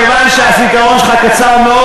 מכיוון שהזיכרון שלך קצר מאוד,